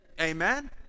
Amen